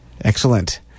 Excellent